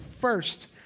first